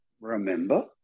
remember